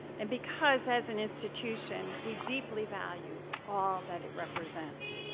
and because as an institution, we deeply value all that it represents.